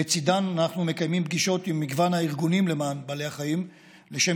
לצידן אנחנו מקיימים פגישות עם מגוון הארגונים למען בעלי חיים לשם